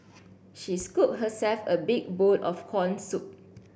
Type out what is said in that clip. she scooped herself a big bowl of corn soup